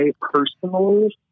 personally